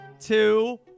two